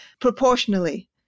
proportionally